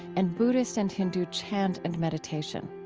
and buddhists and hindu chant and meditation.